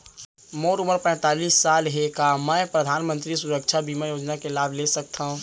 मोर उमर पैंतालीस साल हे का मैं परधानमंतरी सुरक्षा बीमा योजना के लाभ ले सकथव?